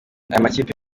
makipe